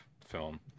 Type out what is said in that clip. film